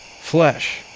flesh